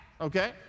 okay